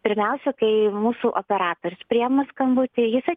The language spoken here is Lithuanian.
pirmiausia kai mūsų operatorius priima skambutį jisai